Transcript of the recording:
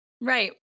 Right